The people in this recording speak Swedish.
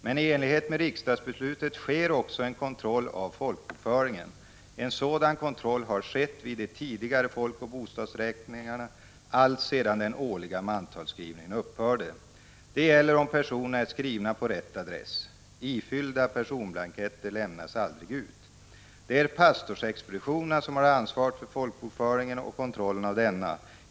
Men i enlighet med riksdagsbeslutet sker också en kontroll av folkbokföringen. En sådan kontroll har skett vid de tidigare folkoch bostadsräkningarna alltsedan den årliga mantalsskrivningen upphörde. Det gäller om personerna är skrivna på rätt adress. Ifyllda personblanketter lämnas aldrig ut. Det är pastorsexpeditionerna som har ansvaret för folkbokföringen och kontrollen av denna.